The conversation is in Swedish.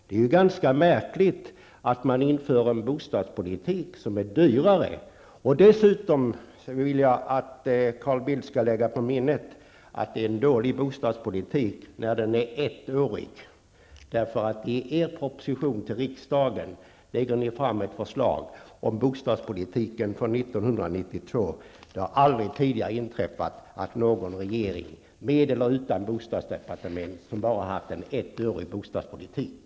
Det är ju ganska märkligt att man inför en bostadspolitik som är dyrare. Dessutom vill jag att Carl Bildt skall lägga på minnet att en ettårig bostadspolitik är dålig. I er proposition till riksdagen lägger ni fram ett förslag om bostadspolitiken för 1992. Det har aldrig tidigare inträffat att en regering, med eller utan bostadsdepartement, har haft en ettårig bostadspolitik.